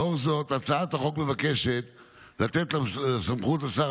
לאור זאת הצעת החוק מבקשת לתת סמכות לשר